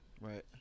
Right